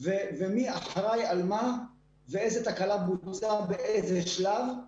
ומי אחראי על מה ואיזה תקלה בוצעה באיזה שלב.